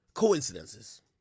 Coincidences